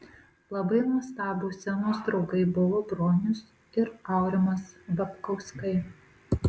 labai nuostabūs scenos draugai buvo bronius ir aurimas babkauskai